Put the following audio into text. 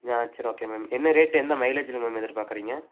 ஆ சரி okay ma'am என்ன rate என்ன மைலேஜில் மேம் எதிர்பார்க்குறீங்க